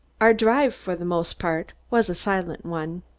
our drive, for the most part, was a silent one.